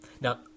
Now